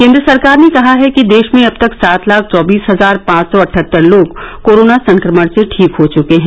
केन्द्र सरकार ने कहा है कि देश में अब तक सात लाख चौबीस हजार पांच सौ अठहत्तर लोग कोरोना संक्रमण से ठीक हो चुके हैं